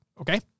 Okay